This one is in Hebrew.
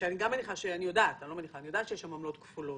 שאני יודעת שיש שם עמלות כפולות.